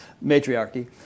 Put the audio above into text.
matriarchy